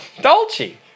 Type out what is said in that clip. Dolce